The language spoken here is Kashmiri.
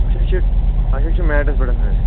اَچھا یہِ چھِ اچھا یہِ چھِ میٹَس پٮ۪ٹھ حظ